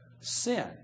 sin